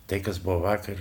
tai kas buvo vakar